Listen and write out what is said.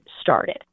started